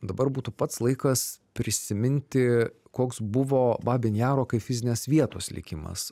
dabar būtų pats laikas prisiminti koks buvo babyn jaro kaip fizinės vietos likimas